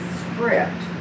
script